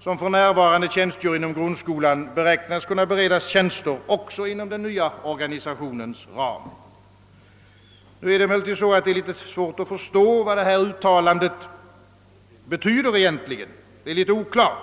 som för närvarande tjänstgör inom grundskolan, torde kunna beredas tjänster också inom den nya organisationens ram, men det är litet svårt att förstå vad detta uttalande egentligen betyder; det är en smula oklart.